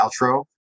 outro